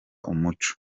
umuco